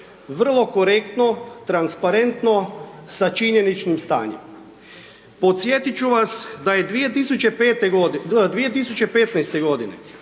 vrlo korektno, transparentno, sa činjeničnim stanjem. Podsjetiti ću vas da je 2015.-te godine